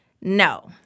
no